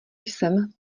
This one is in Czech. jsem